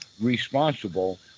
responsible